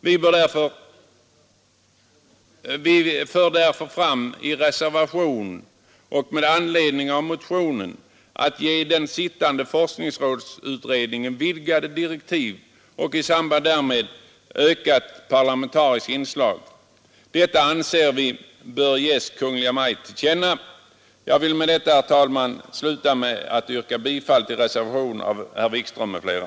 Vi föreslår därför i reservationen, med anledning av motionen, att den arbetande forskningsrådsutredningen skall få vidgade direktiv och i samband därmed ett ökat parlamentariskt inslag. Detta anser vi riksdagen bör ge Kungl. Maj:t till känna som sin mening. Jag vill med detta, herr talman, yrka bifall till reservationen av herr Wikström m.fl.